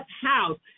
house